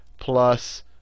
plus